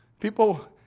People